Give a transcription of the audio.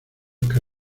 que